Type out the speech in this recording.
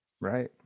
Right